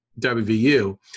WVU